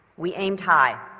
we aimed high,